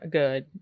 good